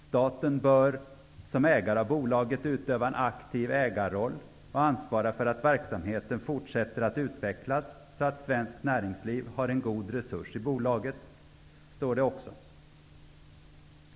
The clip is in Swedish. Det anförs också att staten som ägare av bolaget bör utöva en aktiv ägarroll och ansvara för att verksamheten fortsätter att utvecklas så att svenskt näringsliv har en god resurs i bolaget.